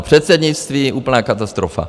Předsednictví úplná katastrofa.